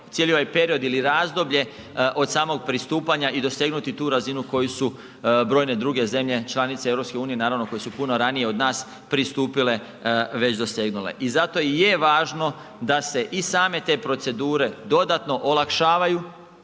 cijeli ovaj period ili razdoblje od samog pristupanja i dosegnuti tu razinu koju su brojne druge zemlje, članice EU koje su puno ranije od nas pristupile već dosegnule. I zato i je važno da se i same te procedure dodatno olakšavaju,